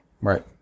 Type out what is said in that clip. Right